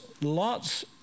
lots